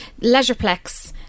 Leisureplex